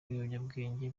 ry’ibiyobyabwenge